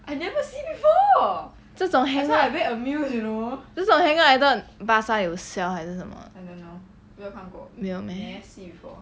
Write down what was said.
这种 hanger 这种 hanger I thought 巴刹有 sell 还是什么 I don't know 没有 meh